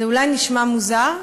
זה אולי נשמע מוזר,